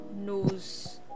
knows